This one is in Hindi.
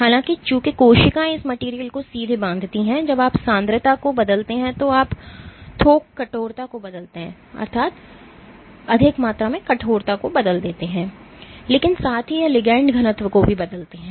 हालाँकि चूंकि कोशिकाएँ इस मटेरियल को सीधे बाँधती हैं जब आप सांद्रता को बदलते हैं तो आप थोक कठोरता को बदलते हैं लेकिन साथ ही यह लिगैंड घनत्व को भी बदलते हैं